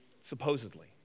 supposedly